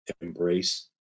embrace